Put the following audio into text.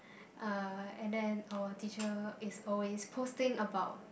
uh and then our teacher is always posting about